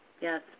Yes